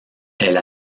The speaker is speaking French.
elle